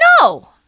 No